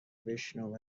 بشنو